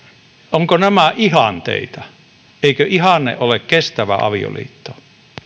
ovatko nämä ihanteita eikö ihanne ole kestävä avioliitto